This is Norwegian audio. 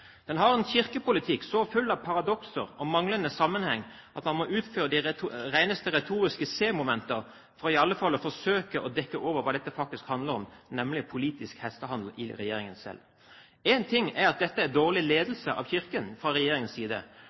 Den har en kirkepolitikk så full av paradokser og manglende sammenheng at man i alle fall må utføre de reneste retoriske C-momenter for å forsøke å dekke over hva dette faktisk handler om, nemlig politisk hestehandel i regjeringen selv. Én ting er at dette er dårlig ledelse av Kirken fra regjeringens side,